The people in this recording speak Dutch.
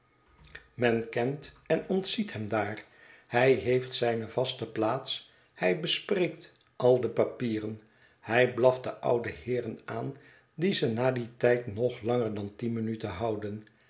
grootgebracht kent en ontziet hem daar hij heeft zijne vaste plaats hij bespreekt al de papieren hij blaft de oude heeren aan die ze na dien tijd nog langer dan tien minuten houden